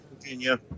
Virginia